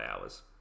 hours